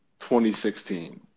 2016